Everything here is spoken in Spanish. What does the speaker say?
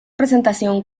presentación